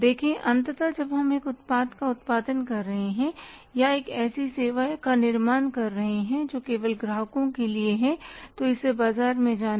देखें अंततः जब हम एक उत्पाद का उत्पादन कर रहे हैं या एक ऐसी सेवा का निर्माण कर रहे हैं जो केवल ग्राहकों के लिए है और इसे बाजार में जाना है